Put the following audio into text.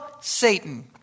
Satan